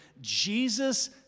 Jesus